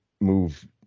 move